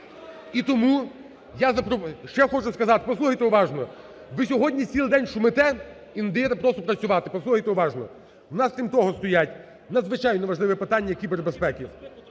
І тому я… Що я хочу сказати, послухайте уважно. Ви сьогодні цілий день шумите і не даєте просто працювати. Послухайте уважно. У нас, крім того, стоїть надзвичайно важливе питання кібербезпеки,